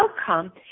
outcome